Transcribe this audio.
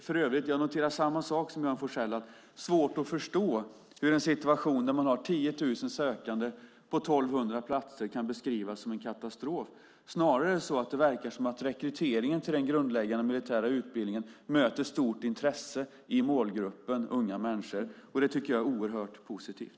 För övrigt noterar jag samma sak som Johan Forssell, nämligen att det är svårt att förstå hur en situation där man har 10 000 sökande på 1 200 platser kan beskrivas som en katastrof. Snarare verkar det som att rekryteringen till den grundläggande militära utbildningen möter stort intresse i målgruppen unga människor, och det tycker jag är oerhört positivt.